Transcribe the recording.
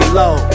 low